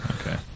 Okay